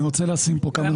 אני רוצה לשים פה כמה נקודות.